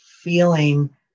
feeling